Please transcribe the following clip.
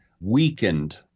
weakened